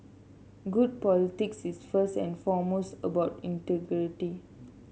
good politics is first and foremost about integrity